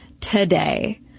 today